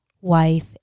wife